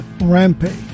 Rampage